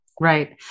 Right